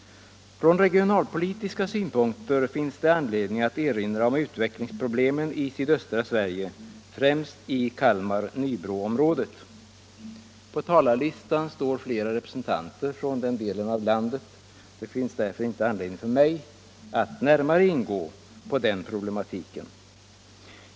Från regionalpolitiska synpunkter finns det anledning att erinra om utvecklingsproblemen i sydöstra Sverige, främst i Kalmar-Nybro-området. På talarlistan står flera representanter från den delen av landet och det finns därför inte anledning för mig att närmare ingå på den problematiken.